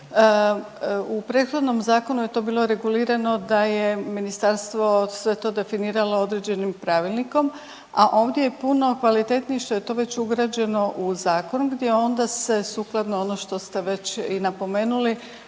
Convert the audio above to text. U prethodnom zakonu je to bilo regulirano da je ministarstvo sve to definiralo određenim pravilnikom, a ovdje je puno kvalitetniji što je to već ugrađeno u zakon gdje onda se sukladno ono što ste već i napomenuli